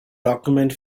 document